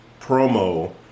promo